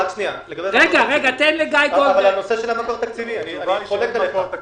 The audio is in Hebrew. לגבי המקור התקציבי אני חולק עליך.